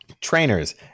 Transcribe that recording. Trainers